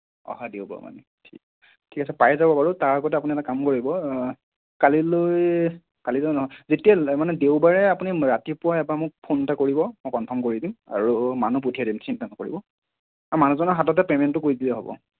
অঁ হয় দিব পাৰোঁ আমি ঠিক আছে ঠিক আছে পাই যাব বাৰু তাৰ আগতে আপুনি এটা কাম কৰিব কালিলৈ কালি যদি নহয় যেতিয়া মানে দেওবাৰে আপুনি ৰাতিপুৱা এবাৰ মোক ফোন এটা কৰিব মই কনফাৰ্ম কৰি দিম আৰু মানুহ পঠিয়াই দিম চিন্তা নকৰিব আৰু মানুহজনৰ হাততে পেমেণ্টটো কৰি দিলে হ'ব